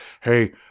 hey